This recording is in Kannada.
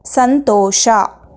ಸಂತೋಷ